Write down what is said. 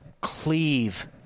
cleave